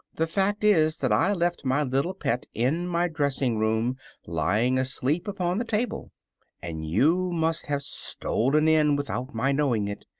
the fact is that i left my little pet in my dressing-room lying asleep upon the table and you must hove stolen in without my knowing it.